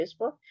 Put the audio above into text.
Facebook